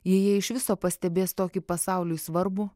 jei jie iš viso pastebės tokį pasauliui svarbu